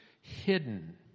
hidden